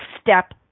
step